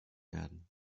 werden